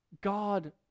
God